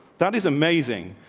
that is amazing.